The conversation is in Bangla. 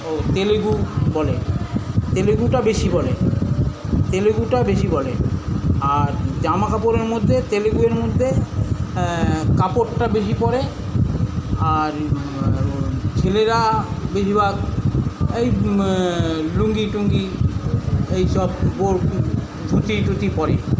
ও তেলেগু বলে তেলেগুটা বেশি বলে তেলেগুটা বেশি বলে আর জামা কাপড়ের মধ্যে তেলেগুর মধ্যে কাপড়টা বেশি পরে আর ছেলেরা বেশিরভাগ এই লুঙ্গি টুঙ্গি এই সব বোর্ট ধুতি টুতি পরে